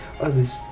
others